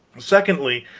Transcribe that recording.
secondly,